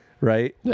right